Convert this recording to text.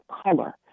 color